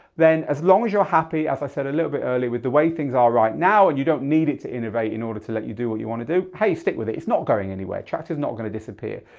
then as long as you're happy as i said a little bit earlier with the way things are right now, and you don't need it to innovate in order to let you do what you want to do, hey stick with it. it's not going anywhere, traktor's not going to disappear.